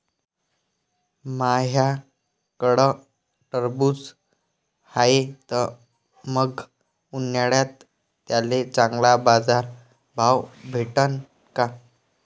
माह्याकडं टरबूज हाये त मंग उन्हाळ्यात त्याले चांगला बाजार भाव भेटन का?